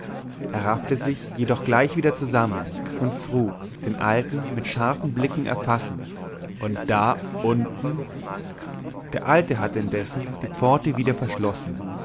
er raffte sich jedoch gleich wieder zusammen und frug den alten mit scharfen blicken erfassend und da unten der alte hatte indessen die pforte wieder verschlossen